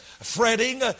fretting